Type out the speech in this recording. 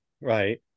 Right